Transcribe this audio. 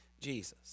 Jesus